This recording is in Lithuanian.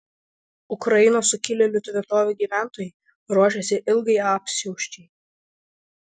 ukrainos sukilėlių tvirtovių gyventojai ruošiasi ilgai apsiausčiai